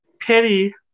Perry